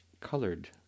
colored